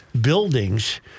buildings